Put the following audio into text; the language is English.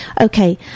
Okay